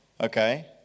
Okay